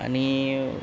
आणि